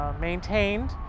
Maintained